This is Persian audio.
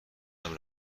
منم